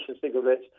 cigarettes